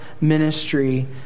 ministry